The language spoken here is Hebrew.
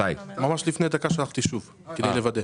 ממש לפני דקה שלחתי שוב, כדי לוודא.